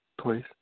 please